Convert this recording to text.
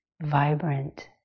vibrant